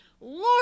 Lord